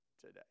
today